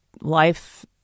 life